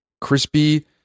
crispy